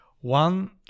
one